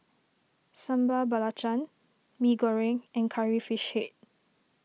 Sambal Belacan Mee Goreng and Curry Fish Head